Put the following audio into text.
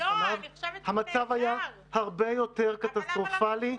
המצב היה הרבה יותר קטסטרופלי.